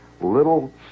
little